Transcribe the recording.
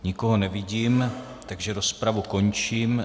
Nikoho nevidím, takže rozpravu končím.